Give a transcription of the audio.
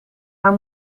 haar